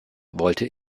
wollte